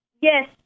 Yes